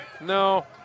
No